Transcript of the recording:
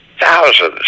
thousands